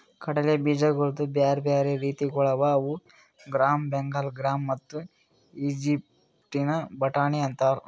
ಕಡಲೆ ಬೀಜಗೊಳ್ದು ಬ್ಯಾರೆ ಬ್ಯಾರೆ ರೀತಿಗೊಳ್ ಅವಾ ಅವು ಗ್ರಾಮ್, ಬೆಂಗಾಲ್ ಗ್ರಾಮ್ ಮತ್ತ ಈಜಿಪ್ಟಿನ ಬಟಾಣಿ ಅಂತಾರ್